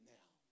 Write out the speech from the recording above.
now